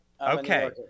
Okay